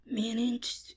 managed